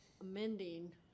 amending